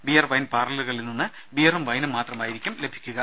beer wine പാർലറുകളിൽ നിന്ന് ബിയറും വൈനും മാത്രമായിരിക്കും ലഭിക്കുക